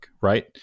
right